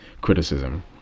criticism